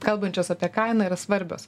kalbančios apie kainą yra svarbios